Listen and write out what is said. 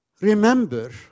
remember